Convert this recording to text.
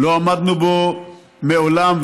לא עמדנו בו מעולם,